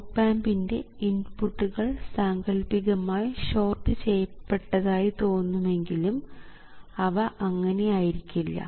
op ആമ്പിൻറെ ഇൻപുട്ടുകൾ സാങ്കല്പികമായി ഷോർട്ട് ചെയ്യപ്പെട്ടതായി തോന്നുമെങ്കിലും അവ അങ്ങനെ ആയിരിക്കില്ല